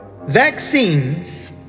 vaccines